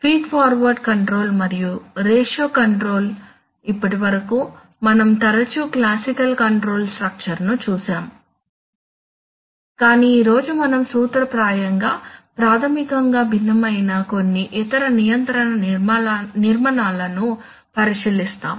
feed forward control మరియు ratio control ఇప్పటివరకు మనం తరచూ క్లాసికల్ కంట్రోల్ స్ట్రక్చర్ ను చూశాము కానీ ఈ రోజు మనం సూత్రప్రాయంగా ప్రాథమికంగా భిన్నమైన కొన్ని ఇతర నియంత్రణ నిర్మాణాలను పరిశీలిస్తాము